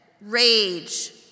rage